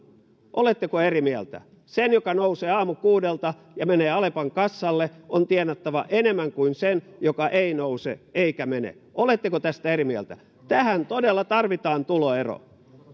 oletteko eri mieltä siitä että sen joka nousee aamukuudelta ja menee alepan kassalle on tienattava enemmän kuin sen joka ei nouse eikä mene oletteko tästä eri mieltä tähän todella tarvitaan tuloero nyt